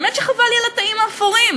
באמת חבל לי על התאים האפורים,